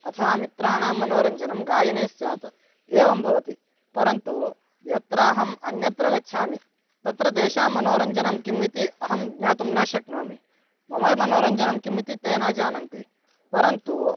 अथवा मित्राणां मनोरञ्जनं गायने स्यात् एवं भवति परन्तु यत्र अहम् अन्यत्र गच्छामि तत्र तेषां मनोरञ्जनं किम् इति अहं ज्ञातुं न शक्नोमि मम मनोरञ्जनं किम् इति ते न जानन्ति परन्तु